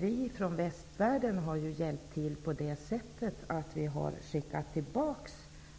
Vi i västvärlden har ju hjälpt till genom att skicka tillbaka